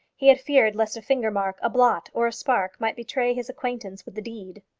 he had feared lest a finger-mark, a blot, or a spark might betray his acquaintance with the deed.